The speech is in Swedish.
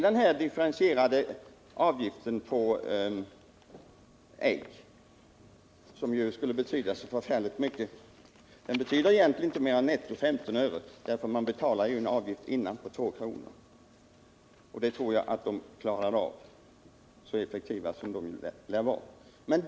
Den differentierade avgiften på ägg, som påstås betyda så mycket, betyder egentligen inte mer än netto 15 öre, för man betalar ju en avgift dessförinnan på 2 kr. per höna. Och det tror jag att vederbörande klarar av, så effektiva som de lär vara.